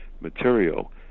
material